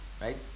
right